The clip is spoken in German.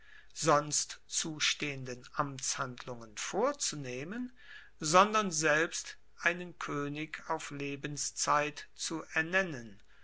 sonst zustehenden amtshandlungen vorzunehmen sondern selbst einen koenig auf lebenszeit zu ernennen